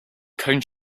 cone